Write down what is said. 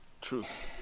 truth